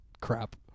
crap